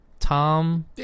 Tom